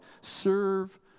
Serve